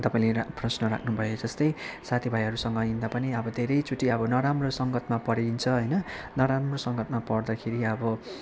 तपाईँले प्रश्न राख्नु भए जस्तै साथी भाइहरूसँग हिँड्दा पनि अब धेरैचोटि अब नराम्रो सङ्गतमा परिन्छ होइन नराम्रो सङ्गतमा पर्दाखेरि अब